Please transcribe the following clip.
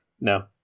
no